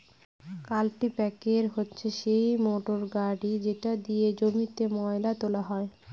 কাল্টিপ্যাকের হচ্ছে সেই মোটর গাড়ি যেটা দিয়ে জমিতে ময়লা তোলা হয়